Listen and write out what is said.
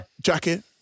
Jacket